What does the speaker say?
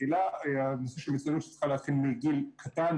מחילה אני חושב שמצוינות צריכה התחיל מגיל קטן,